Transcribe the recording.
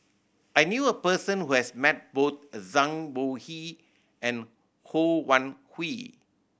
I knew a person who has met both Zhang Bohe and Ho Wan Hui